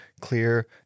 clear